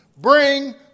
Bring